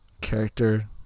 character